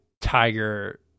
Tiger